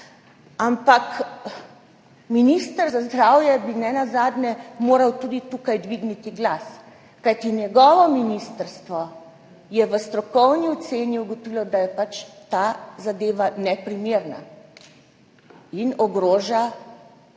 ampak minister za zdravje bi nenazadnje moral tudi tu dvigniti glas, kajti njegovo ministrstvo je v strokovni oceni ugotovilo, da je ta zadeva neprimerna in ogroža